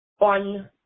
On